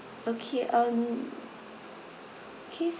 okay um okay